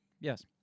Yes